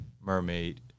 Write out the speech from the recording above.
Mermaid